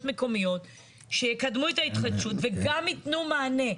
מקומיות שיקדמו את ההתחדשות וגם יתנו מענה.